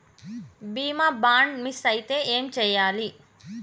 బీమా bond miss అయితే ఏం చేయాలి?